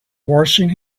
washing